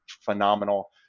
phenomenal